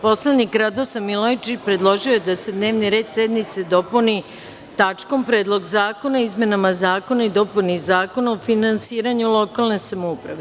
Poslanik Radoslav Milojičić predložio je da se dnevni red sednice dopuni tačkom – Predlog zakona o izmenama i dopuni Zakona o finansiranju lokalne samouprave.